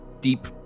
deep